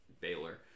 Baylor